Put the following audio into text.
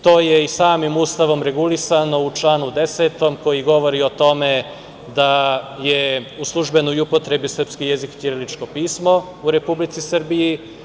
To je i samim Ustavom regulisano u članu 10. koji govori o tome da je u službenoj upotrebi srpski jezik ćiriličko pismo u Republici Srbiji.